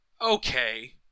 Okay